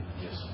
Yes